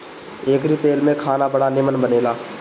एकरी तेल में खाना बड़ा निमन बनेला